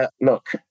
look